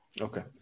Okay